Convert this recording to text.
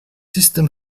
system